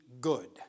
good